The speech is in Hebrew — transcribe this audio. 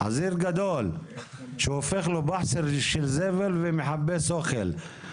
חזיר גדול הופך לו פח של זבל ומחפש אוכל.